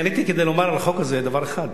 עליתי כדי לומר על החוק הזה דבר אחד,